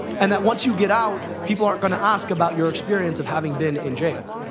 and that once you get out, people aren't going to ask about your experience of having been in jail.